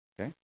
Okay